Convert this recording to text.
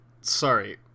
Sorry